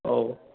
औ